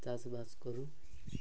ଚାଷ ବାସ କରୁ